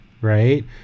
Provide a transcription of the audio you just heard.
right